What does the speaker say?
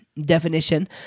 definition